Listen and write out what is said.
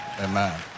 amen